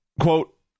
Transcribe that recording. quote